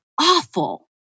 awful